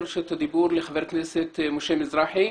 רשות הדיבור לחבר הכנסת משה מזרחי.